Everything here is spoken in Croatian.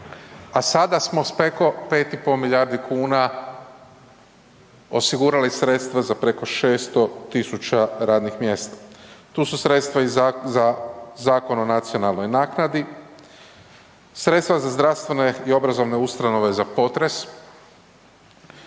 a sada smo preko 5,5 milijardi kuna osigurali sredstva za preko 600.000 radnih mjesta. Tu su sredstva i za Zakon o nacionalnoj naknadi, sredstva za zdravstvene i obrazovne ustanove za potres